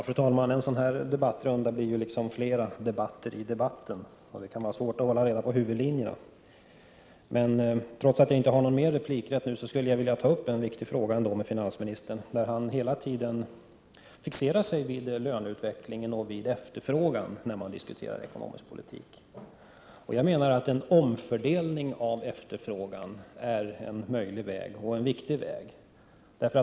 Fru talman! En sådan här debattrunda blir så att säga flera debatter i debatten. Det kan därför vara svårt att hålla reda på huvudlinjerna. Trots att jaginte har någon ytterligare replikrätt efter detta inlägg skulle jag ändå vilja ta upp ännu en viktig fråga, eftersom finansministern hela tiden fixerar sig vid löneutvecklingen och efterfrågan när man diskuterar ekonomisk politik med honom. En omfördelning av efterfrågan är en möjlig väg — och en viktig väg.